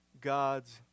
God's